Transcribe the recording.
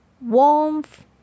warmth